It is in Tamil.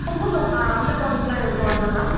குக்கும்பர் அந்த ப்ராடக்ட்ஸெலாம் இது வரைக்கும் வர்லை மேம்